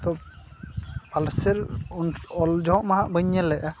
ᱛᱚ ᱯᱟᱞᱥᱮᱞ ᱚᱞ ᱡᱚᱦᱚᱜ ᱢᱟᱦᱟᱜ ᱵᱟᱹᱧ ᱧᱮᱞ ᱞᱮᱜᱼᱟ